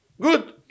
good